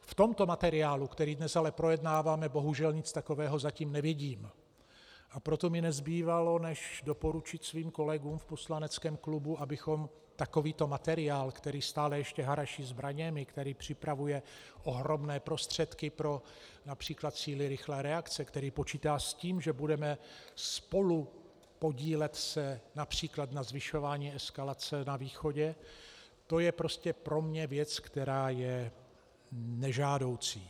V tomto materiálu, který dnes ale projednáváme, bohužel nic takového zatím nevidím, a proto mi nezbývalo než doporučit svým kolegům v poslaneckém klubu, abychom takovýto materiál, který stále ještě haraší zbraněmi, který připravuje ohromné prostředky pro například Síly rychlé reakce, který počítá s tím, že se budeme spolupodílet např. na zvyšování eskalace na východě, to je prostě pro mě věc, která je nežádoucí.